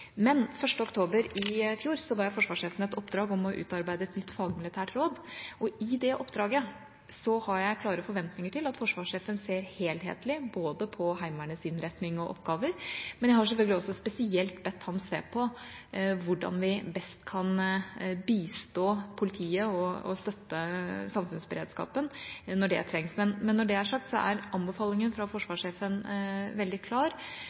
oktober i fjor ga jeg forsvarssjefen et oppdrag om å utarbeide et nytt fagmilitært råd, og i det oppdraget har jeg klare forventninger til at forsvarssjefen ser helhetlig på både Heimevernets innretning og oppgaver, men jeg har selvfølgelig også spesielt bedt ham se på hvordan vi best kan bistå politiet og støtte samfunnsberedskapen når det trengs. Men når det er sagt, så er anbefalinga fra forsvarssjefen veldig klar,